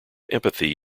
empathy